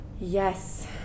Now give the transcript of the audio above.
Yes